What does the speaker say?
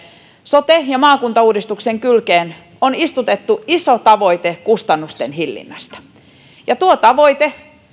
sote ja maakuntauudistuksen kylkeen on istutettu iso tavoite kustannusten hillinnästä tuo tavoite